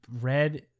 red